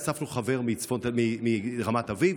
אספנו חבר מרמת אביב.